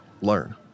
learn